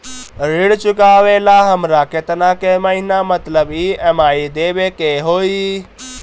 ऋण चुकावेला हमरा केतना के महीना मतलब ई.एम.आई देवे के होई?